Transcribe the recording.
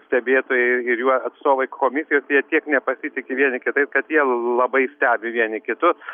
stebėtojai ir jų atstovai komisijoj tai jie tiek nepasitiki vieni kitais kad jie labai stebi vieni kitus